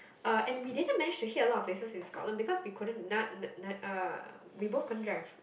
uh and we didn't manage to hit a lot of places in Scotland because we couldn't none none none uh we both can't drive